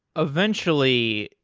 eventually,